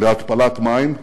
להתפלת מים,